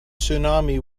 tsunami